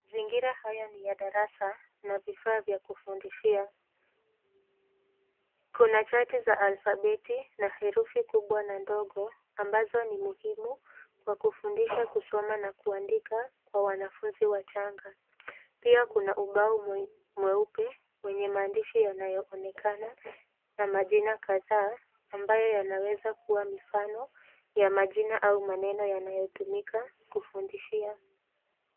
zingira haya ni ya darasa na vifaa vya kufundishia. Kuna chati za alfabeti na erufi kubwa na ndogo ambazo ni muhimu kwa kufundisha kusoma na kuandika kwa wanafunzi wachanga , pia kuna ubao mweipe mwenye maandishi yanayoonekana na majina kadhaa ambayo yanaweza kuwa mifano ya majini au Maneno yanayotumika kufundishia.